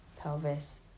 pelvis